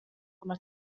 kommer